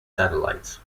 satellites